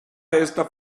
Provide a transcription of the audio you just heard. esta